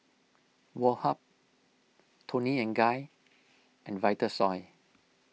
Woh Hup Toni and Guy and Vitasoy